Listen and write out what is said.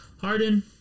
Harden